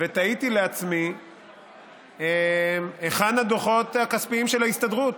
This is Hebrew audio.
ותהיתי לעצמי היכן הדוחות הכספיים של ההסתדרות.